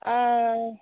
ꯑꯥ